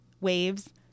waves